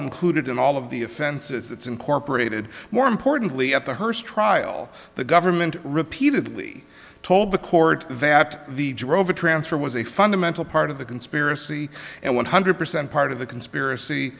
included in all of the offenses that's incorporated more importantly at the hearst trial the government repeatedly told the court that the drover transfer was a fundamental part of the conspiracy and one hundred percent part of the conspiracy